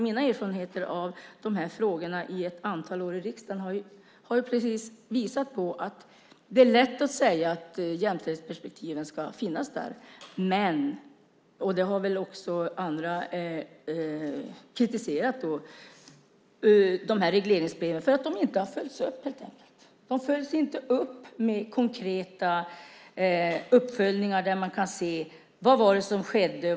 Mina erfarenheter av de här frågorna under ett antal år i riksdagen är att det är lätt att säga att jämställdhetsperspektiven ska finnas där. Även andra har kritiserat att regleringsbreven inte har följts upp. Det görs inga konkreta uppföljningar så att man kan se vad som hänt.